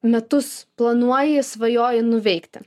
metus planuoji svajoji nuveikti